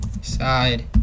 Side